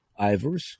Ivers